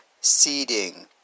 seeding